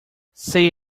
say